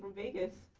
vegas.